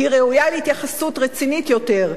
היא ראויה להתייחסות רצינית יותר,